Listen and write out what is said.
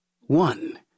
One